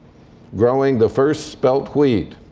growing the first spelt wheat.